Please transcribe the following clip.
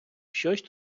щось